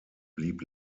blieb